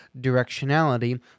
directionality